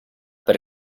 per